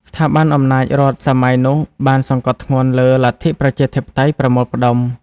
ស្ថាប័នអំណាចរដ្ឋសម័យនោះបានសង្កត់ធ្ងន់លើ "លទ្ធិប្រជាធិបតេយ្យប្រមូលផ្តុំ"។